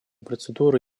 процедуры